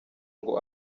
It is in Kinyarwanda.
ngo